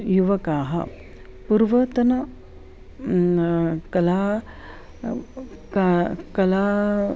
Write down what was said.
युवकाः पूर्वतनी कला क कला